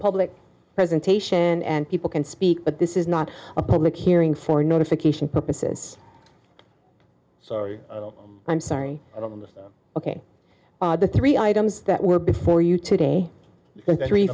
public presentation and people can speak but this is not a public hearing for notification purposes so i'm sorry ok the three items that were before you today and three